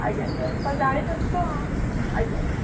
ଆଜ୍ଞା ସାର୍ ଜାଣିଛନ୍ତି ତ ଆଜ୍ଞା